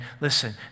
listen